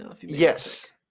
Yes